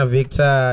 Victor